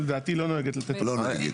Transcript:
לדעתי היא לא נוהגת לתת --- לא, לא נוהגת.